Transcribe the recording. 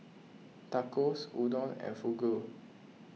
Tacos Udon and Fugu